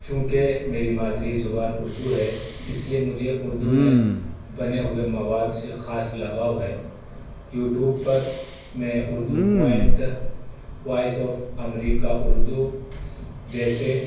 چونکہ میری مادری زبان اردو ہے اس لیے مجھے اردو میں بنے ہوئے مواد سے خاص لگاؤ ہے یوٹوب پر میں Urdu point voice of America Urdu جیسے